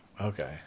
Okay